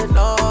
no